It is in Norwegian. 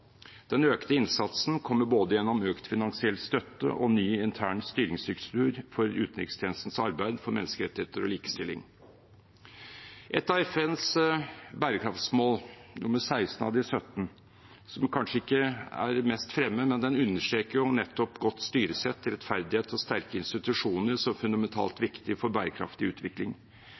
Den økte innsatsen kommer både gjennom økt finansiell støtte og en ny intern styringsstruktur for utenrikstjenestens arbeid for menneskerettigheter og likestilling. Et av FNs bærekraftsmål, nr. 16 av de 17, er kanskje ikke det som er mest fremme, men det understreker nettopp godt styresett, rettferdighet og sterke institusjoner som fundamentalt viktig for bærekraftig utvikling.